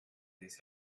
these